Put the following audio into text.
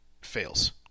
Fails